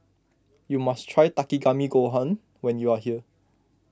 you must try Takikomi Gohan when you are here